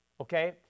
okay